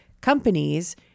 companies